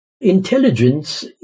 Intelligence